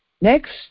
next